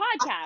podcast